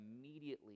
immediately